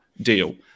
deal